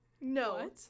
No